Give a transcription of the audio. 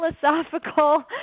philosophical